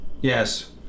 Yes